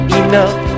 enough